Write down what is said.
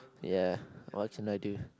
ya what can I do